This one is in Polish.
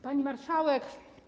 Pani Marszałek!